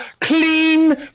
clean